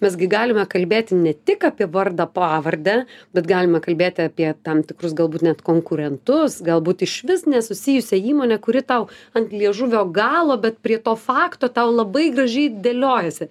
mes gi galime kalbėti ne tik apie vardą pavardę bet galime kalbėti apie tam tikrus galbūt net konkurentus galbūt išvis nesusijusią įmonę kuri tau ant liežuvio galo bet prie to fakto tau labai gražiai dėliojasi